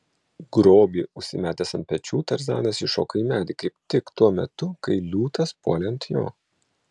grobį užsimetęs ant pečių tarzanas įšoko į medį kaip tik tuo metu kai liūtas puolė ant jo